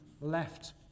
left